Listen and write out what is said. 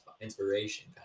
inspiration